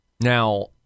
Now